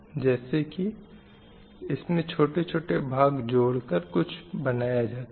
जैसे की इसमें छोटे छोटे भाग जोड़ कर कुछ बनाया जाता है